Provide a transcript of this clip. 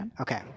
Okay